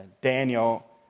Daniel